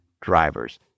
drivers